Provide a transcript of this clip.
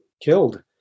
killed